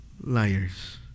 liars